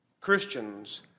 Christians